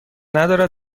ندارد